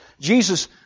Jesus